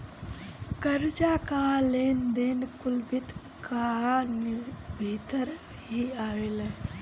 कर्जा कअ लेन देन कुल वित्त कअ भितर ही आवेला